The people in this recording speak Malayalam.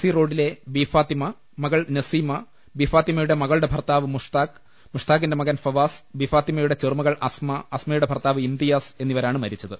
സി റോഡിലെ ബീഫാത്തിമ മകൾ നസീമ ബീഫാത്തിമയുടെ മകളുടെ ഭർത്താവ് മുഷ്താഖ് മുഷ്താഖിന്റെ മകൻ ഫവാസ് ബീഫാത്തിമയുടെ ചെറു മകൾ അസ്മ അസ്മയുടെ ഭർത്താവ് ഇംതിയാസ് എന്നിവരാണ് മരിച്ചത്